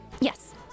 Yes